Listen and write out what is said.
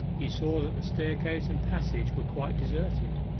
he saw that the staircase and passage were quite deserted.